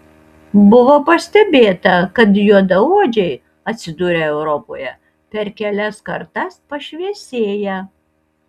buvo pastebėta kad juodaodžiai atsidūrę europoje per kelias kartas pašviesėja